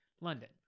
london